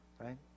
right